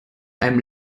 einem